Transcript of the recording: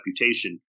reputation